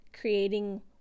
creating